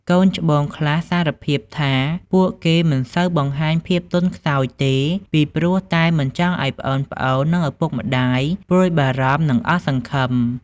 កូនច្បងខ្លះសារភាពថា ពួកគេមិនសូវបង្ហាញពីភាពទន់ខ្សោយទេ ពីព្រោះតែមិនចង់ឱ្យប្អូនៗ និងឪពុកម្ដាយព្រួយបារម្ភ និងអស់សង្ឃឹម។